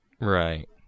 Right